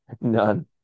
None